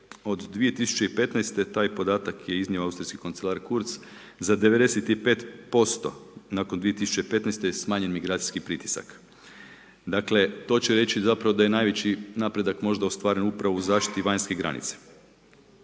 od 2015. taj podatak je iznio austrijski kancelar Kurz za 95% nakon 2015. je smanjen migracijski pritisak. Dakle, to će reći zapravo da je najveći napredak možda ostvaren upravo u zaštiti vanjske granice.